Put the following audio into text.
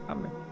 Amen